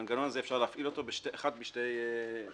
את המנגנון הזה אפשר להפעיל באחד משני טריגרים,